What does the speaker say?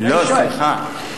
אני שואל.